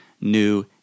new